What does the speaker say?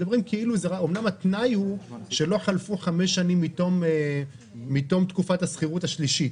אמנם התנאי הוא שלא חלפו 5 שנים מתום תקופת השכירות השלישית,